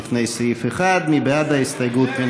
לפני סעיף 1. מי בעד ההסתייגות?